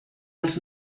els